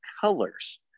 colors